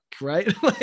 right